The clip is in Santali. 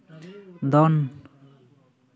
ᱫᱚᱱ